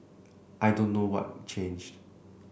I don't know what changed